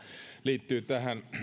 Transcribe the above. liittyy tähän